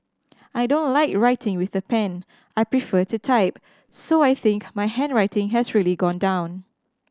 I don't like writing with the pen I prefer to type so I think my handwriting has really gone down